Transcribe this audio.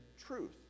truth